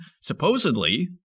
supposedly